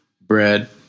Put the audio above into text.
bread